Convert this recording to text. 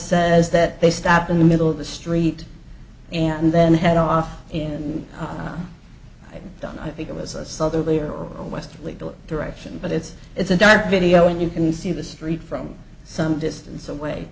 says that they stopped in the middle of the street and then head off in i don't i think it was a southerly or a westerly direction but it's it's a dark video and you can see the street from some distance away